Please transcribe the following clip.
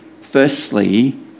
Firstly